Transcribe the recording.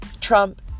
Trump